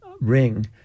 ring